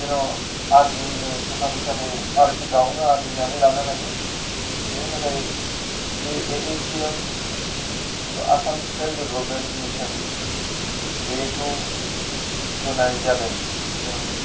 जेन' आरजिनो ताका फैसाखौ गावनो आरजिनानै लानो हायो बिनि थाखाय बे एएसडिएम एबा आसाम स्किल डेभ्लपमेन्ट मिशन बेखौ होनाय जादों जों